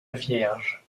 vierge